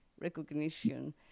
recognition